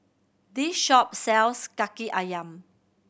this shop sells Kaki Ayam